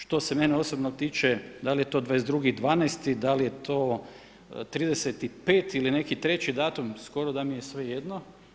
Što se mene osobno tiče da li je to 22. 12., da li je to 30. 05. ili neki treći datum skoro da mi je svejedno.